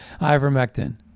ivermectin